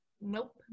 nope